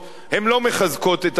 הן לא מחזקות את הביטחון,